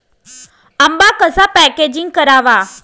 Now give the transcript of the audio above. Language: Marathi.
आंबा कसा पॅकेजिंग करावा?